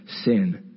sin